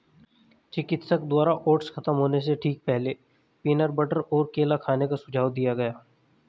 चिकित्सक द्वारा ओट्स खत्म होने से ठीक पहले, पीनट बटर और केला खाने का सुझाव दिया गया